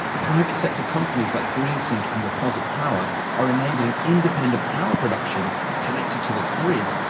private sector companies like greensync and reposit power are enabling independent power production connected to the grid,